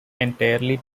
entirely